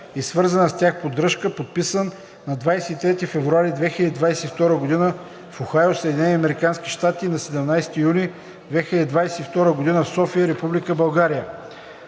и свързана с тях поддръжка“, подписан на 23 февруари 2022 г. в Охайо, САЩ, и на 17 юни 2022 г. в София, Република